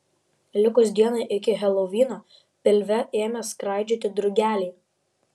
likus dienai iki helovino pilve ėmė skraidžioti drugeliai